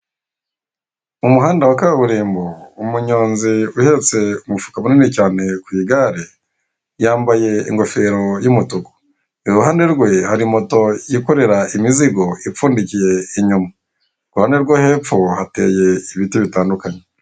Umuhanda wa kaburimbo, umunyonzi uhetse umufuka munini cyane ku igare yambaye ingofero y'umutuku, iruhande rwe hari moto yikorera imizigo ipfundikiye inyuma, ku ruhande rwo hepfo hateye ibiti bitandukanye.